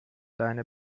deine